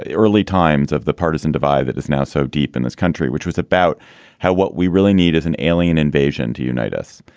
ah early times of the partisan divide that is now so deep in this country, which was about how what we really need is an alien invasion to unite us.